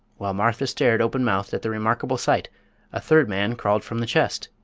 while martha stared open-mouthed at the remarkable sight a third man crawled from the chest.